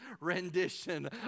rendition